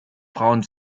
frauen